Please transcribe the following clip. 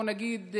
בוא נגיד,